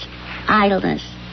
Idleness